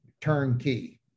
turnkey